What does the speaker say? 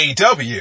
AW